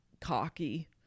cocky